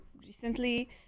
recently